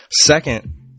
Second